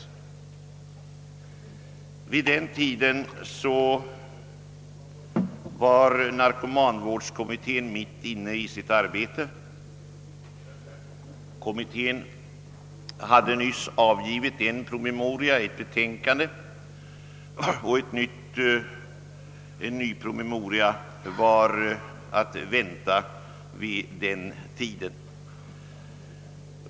Narkomanvårdskommittén var då mitt uppe i sitt arbete. Kommittén hade nyss avgivit en promemoria och en ny var att vänta vid denna tidpunkt.